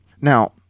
Now